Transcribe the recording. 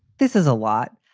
this is a lot